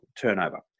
turnover